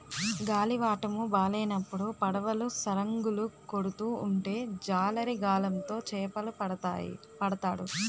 గాలివాటము బాలేనప్పుడు పడవలు సరంగులు కొడుతూ ఉంటే జాలరి గాలం తో చేపలు పడతాడు